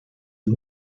het